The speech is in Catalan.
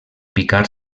picar